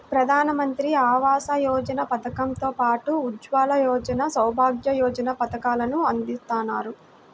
ప్రధానమంత్రి ఆవాస యోజన పథకం తో పాటు ఉజ్వల యోజన, సౌభాగ్య యోజన పథకాలను అందిత్తన్నారు